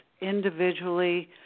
Individually